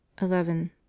eleven